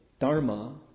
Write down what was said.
Dharma